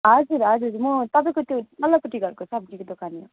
हजुर हजुर म तपाईँको त्यो पल्लोपट्टि घरको सब्जीको दोकानी हो